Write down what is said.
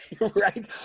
Right